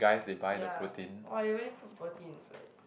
ya !wah! they really put protein inside